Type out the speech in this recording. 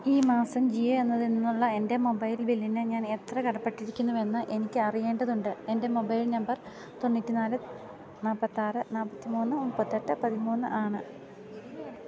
ഈ മാസം ജിയോ എന്നതിൽ നിന്നുള്ള എൻറ്റെ മൊബൈൽ ബില്ലിന് ഞാനെത്ര കടപ്പെട്ടിരിക്കുന്നുവെന്ന് എനിക്കറിയേണ്ടതുണ്ട് എൻറ്റെ മൊബൈൽ നമ്പർ തൊണ്ണൂറ്റിനാല് നാല്പ്പത്തിയാറ് നാല്പ്പത്തിമൂന്ന് മുപ്പത്തിയെട്ട് പതിമൂന്ന് ആണ്